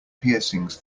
piercings